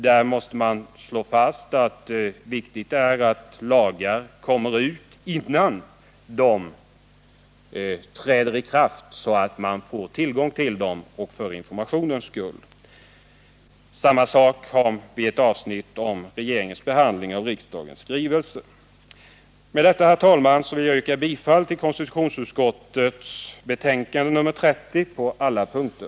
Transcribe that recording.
Där måste det slås fast att det är viktigt att lagar kommer ut i tryck innan de träder i kraft, så att man får tillgång till dem för informationens skull. Ett annat avsnitt gäller regeringens behandling av riksdagens skrivelser. Med detta, herr talman, vill jag yrka bifall till förslagen i konstitutionsutskottets betänkande nr 30 på alla punkter.